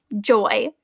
Joy